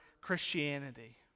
Christianity